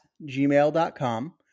gmail.com